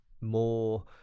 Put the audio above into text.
more